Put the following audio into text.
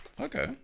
Okay